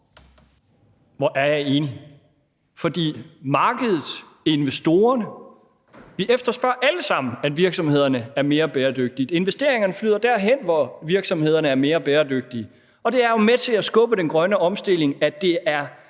Hvor er jeg enig. For markedet og investorerne efterspørger alle sammen, at virksomhederne er mere bæredygtige. Investeringerne flyder derhen, hvor virksomhederne er mere bæredygtige, og det er jo med til at skubbe den grønne omstilling, at der er